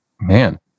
Man